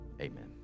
Amen